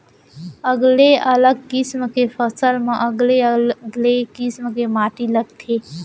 अलगे अलग किसम के फसल म अलगे अलगे किसम के माटी लागथे